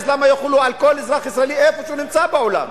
אז למה יחולו על כל אזרח ישראלי בכל מקום שהוא נמצא בעולם?